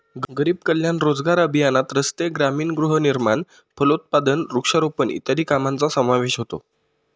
गरीब कल्याण रोजगार अभियानात रस्ते, ग्रामीण गृहनिर्माण, फलोत्पादन, वृक्षारोपण इत्यादी कामांचा समावेश होतो